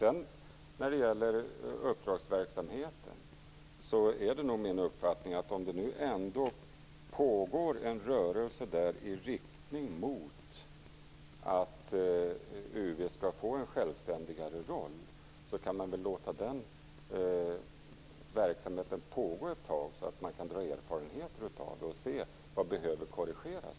När det sedan gäller uppdragsverksamheten är det nog min uppfattning att om det nu ändå pågår en rörelse i riktning mot att UV skall få en självständigare roll, kan man väl låta verksamheten pågå ett tag så att man sedan kan dra erfarenheter av den och se vad som behöver korrigeras.